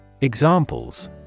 Examples